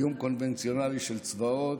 איום קונבנציונלי של צבאות,